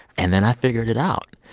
and then i figured it out.